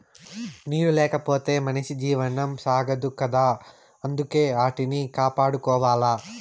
నీరు లేకపోతె మనిషి జీవనం సాగదు కదా అందుకే ఆటిని కాపాడుకోవాల